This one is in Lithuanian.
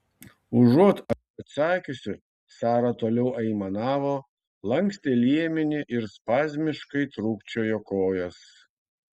užuot atsakiusi sara toliau aimanavo lankstė liemenį ir spazmiškai trūkčiojo kojas